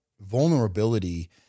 Vulnerability